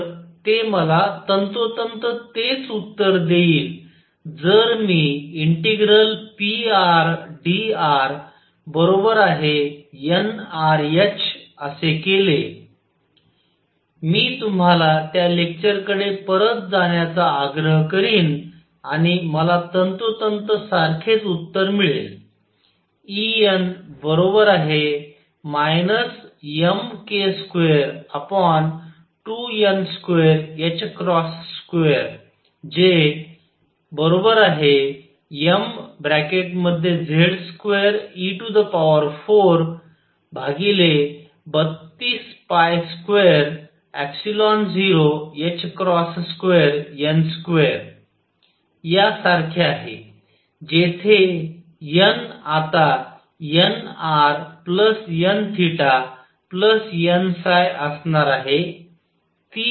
तर ते मला तंतोतंत तेच उत्तर देईल जर मी ∫prdr nrh असे केलेमी तुम्हाला त्या लेक्चर कडे परत जाण्याचा आग्रह करीन आणि मला तंतोतंत सारखेच उत्तर मिळेल En mk22n22 जे mZ2e4322022n2 या सारखे आहे जेथे n आता nrnn असणार आहे